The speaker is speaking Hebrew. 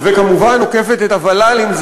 שכחת את הוול"לים.